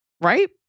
right